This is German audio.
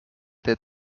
der